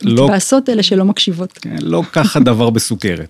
לעשות אלה שלא מקשיבות. כן, לא כך הדבר בסוכרת.